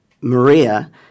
Maria